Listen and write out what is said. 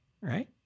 right